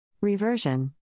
Reversion